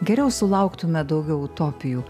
geriau sulauktume daugiau utopijų